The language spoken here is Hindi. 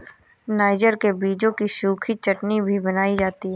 नाइजर के बीजों की सूखी चटनी भी बनाई जाती है